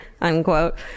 unquote